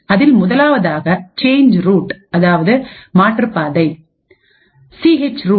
அதில் முதலாவதாக change route அதாவது மாற்று பாதை சிஹெச் ரூட்